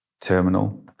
terminal